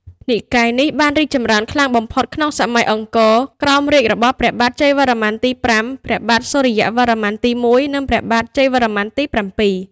និកាយនេះបានរីកចម្រើនខ្លាំងបំផុតក្នុងសម័យអង្គរ ក្រោមរាជ្យរបស់ព្រះបាទ ជ័យវរ្ម័នទី ៥ ព្រះបាទ សូរ្យវរ្ម័នទី ១ និងព្រះបាទ ជ័យវរ្ម័នទី ៧។